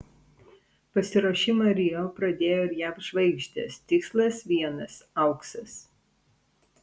pasiruošimą rio pradėjo ir jav žvaigždės tikslas vienas auksas